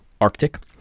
Arctic